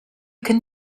can